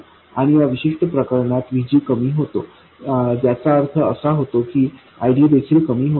आणि या विशिष्ट प्रकरणात VG कमी होतो ज्याचा अर्थ असा होतो की ID देखील कमी होतो